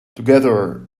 together